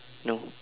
no